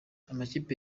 amakipe